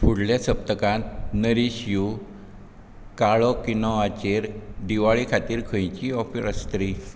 फुडले सप्तकांत नरीश यू काळो किनोआचेर दिवाळे खातीर खंयचीय ऑफर आसतली